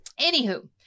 Anywho